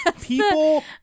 people